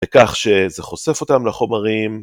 וכך שזה חושף אותם לחומרים.